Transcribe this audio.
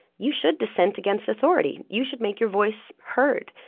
you should dissent against authority you should make your voice heard.